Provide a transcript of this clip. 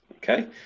Okay